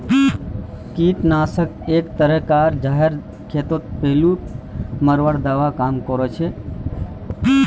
कृंतक नाशक एक तरह कार जहर खेतत पिल्लू मांकड़ मरवार तने इस्तेमाल कराल जाछेक